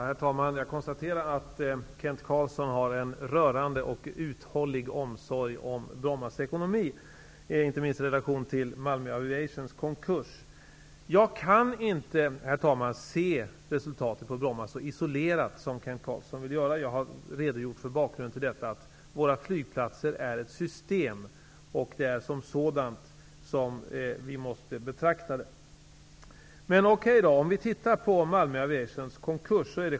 Herr talman! Jag konstaterar att Kent Carlsson visar en rörande och uthållig omsorg om Brommas ekonomi, inte minst i relation till Malmö Aviations konkurs. Jag kan inte, herr talman, se resultatet på Bromma så isolerat som Kent Carlsson vill göra. Jag har redogjort för bakgrunden, nämligen att våra flygplatser utgör ett system. Vi måste alltså betrakta dem i detta system. Men okej! Låt oss titta på Malmö Aviations konkurs.